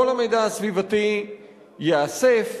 כל המידע הסביבתי ייאסף,